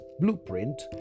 blueprint